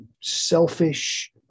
selfish